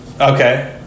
Okay